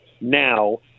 now